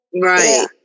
Right